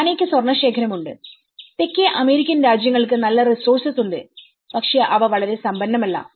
ഘാനയ്ക്ക് സ്വർണ്ണ ശേഖരമുണ്ട് തെക്കേ അമേരിക്കൻ രാജ്യങ്ങൾക്ക് നല്ല റിസോർസസ് ഉണ്ട് പക്ഷേ അവ വളരെ സമ്പന്നമല്ല